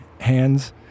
hands